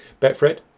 Betfred